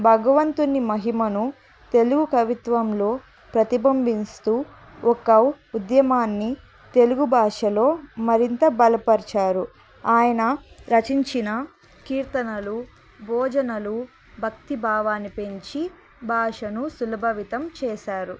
భగవంతుని మహిమను తెలుగు కవిత్వంలో ప్రతిబింబిస్తూ ఒక ఉద్యమాన్ని తెలుగు భాషలో మరింత బలపరచారు ఆయన రచించిన కీర్తనలు భోజనలు భక్తి భావాన్ని పెంచి భాషను సులభవితం చేశారు